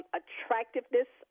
attractiveness